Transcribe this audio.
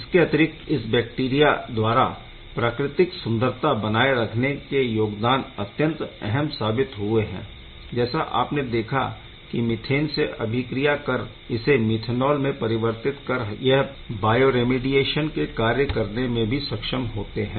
इसके अतिरिक्त इस बैक्टीरिया द्वारा प्रकृतिक सुंदरता बनाए रखने के योगदान अत्यंत अहम साबित हुए है जैसा आपने देखा कि मीथेन से अभिक्रिया कर इसे मीथेनॉल में परिवर्तित कर यह बायोरैमिडिऐशन के कार्य करने में भी सक्षम होते है